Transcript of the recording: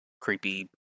creepy